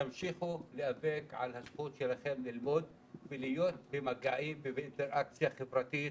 תמשיכו להיאבק על הזכות שלכם ללמוד ולהיות במגעים ובאינטראקציה חברתית